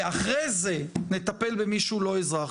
ואחרי זה נטפל במי שהוא לא אזרח,